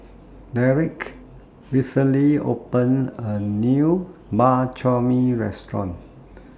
Derick recently opened A New Bak Chor Mee Restaurant